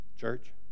Church